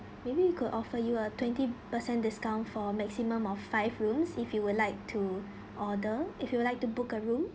maybe we could offer you a twenty percent discount for a maximum of five rooms if you would like to order if you would like to book a room